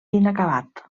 inacabat